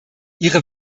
ihre